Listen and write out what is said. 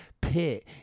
pit